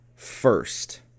First